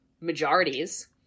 majorities